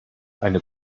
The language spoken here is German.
eine